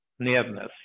Nearness